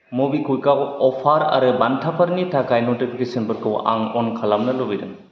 मबिक्वुइकआव अफार आरो बान्थाफोरनि थाखाय नटिफिकेसनफोरखौ आं अन खालामनो लुबैदों